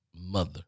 mother